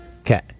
Okay